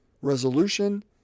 resolution